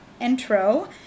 intro